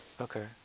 Okay